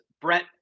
Brett